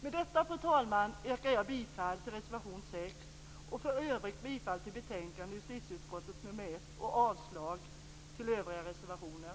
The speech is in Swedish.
Med detta, fru talman, yrkar jag bifall till reservation 6 och för övrigt bifall till hemställan i justitieutskottets betänkande nr 1 samt avslag på övriga reservationer.